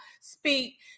speak